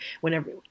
whenever